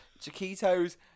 Chiquito's